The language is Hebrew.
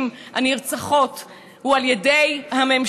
מה שהציבור מבין ועליו יוצא מחר